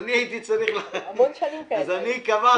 --- אני שואלת, מה הפרקטיקה?